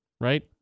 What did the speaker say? Right